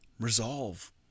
resolve